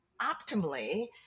Optimally